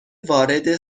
وارد